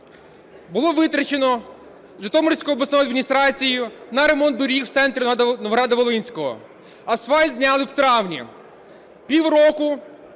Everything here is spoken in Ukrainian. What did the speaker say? було витрачено Житомирською обласною адміністрацією на ремонт доріг в центрі Новоград-Волинського, асфальт зняли в травні. Півроку